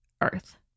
earth